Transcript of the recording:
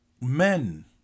Men